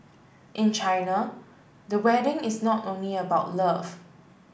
in China the wedding is not only about love